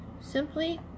simply